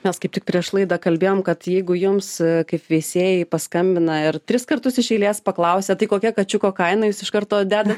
mes kaip tik prieš laidą kalbėjom kad jeigu jums kaip veisėjai paskambina ir tris kartus iš eilės paklausia tai kokia kačiuko kaina jūs iš karto dedat